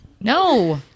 No